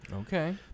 Okay